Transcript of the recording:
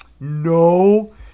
no